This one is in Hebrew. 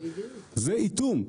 זה איטום,